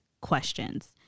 questions